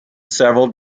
several